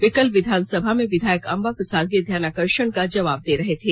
वे कल विधानसभा में विधायक अंबा प्रसाद के ध्यानाकर्षण का जवाब दे रहे थे